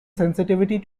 sensitivity